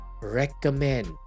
recommend